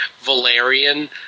Valerian